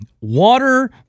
Water